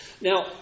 Now